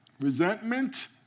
Resentment